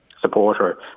supporter